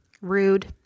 rude